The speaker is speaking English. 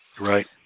Right